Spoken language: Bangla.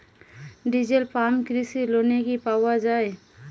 ডিজেল পাম্প কৃষি লোনে কি পাওয়া য়ায়?